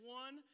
one